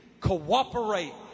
cooperate